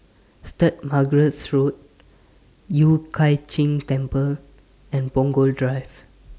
Saint Margaret's Road Yueh Hai Ching Temple and Punggol Drive